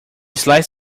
slice